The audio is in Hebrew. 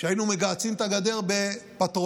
כשהיינו מגהצים את הגדר בפטרולים,